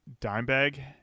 Dimebag